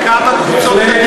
לכמה קבוצות,